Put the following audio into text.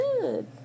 good